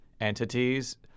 entities